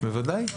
בוודאי.